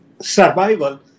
survival